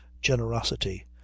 generosity